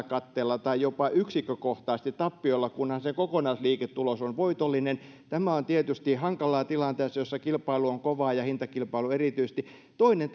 katteella tai jopa yksikkökohtaisesti tappiolla kunhan se kokonaisliiketulos on voitollinen tämä on tietysti hankalaa tilanteessa jossa kilpailu on kovaa ja hintakilpailu erityisesti toinen